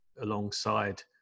alongside